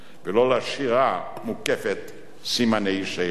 ולא להשאירה מוקפת סימני שאלה,